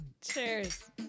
Cheers